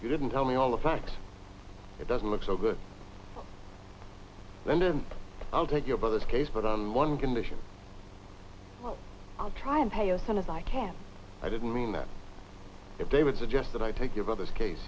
you didn't tell me all the facts it doesn't look so good and then i'll take your brother's case but on one condition i'll try and pay you a ton of i can't i didn't mean that if they would suggest that i take your brother's case